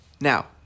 Now